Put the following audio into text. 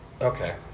Okay